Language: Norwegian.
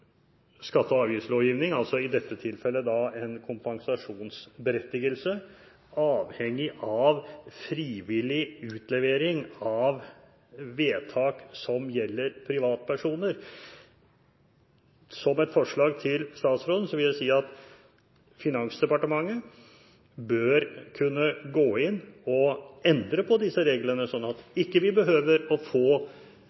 skatte- og avgiftslovgivningen, altså i dette tilfellet en kompensasjonsberettigelse, avhengige av frivillig utlevering av vedtak som gjelder privatpersoner. Som et forslag til statsråden vil jeg si at Finansdepartementet bør kunne gå inn og endre på disse reglene sånn at